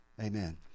Amen